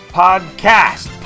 podcast